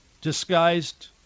disguised